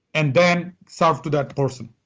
and then served to that person.